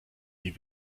die